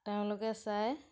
তেওঁলোকে চায়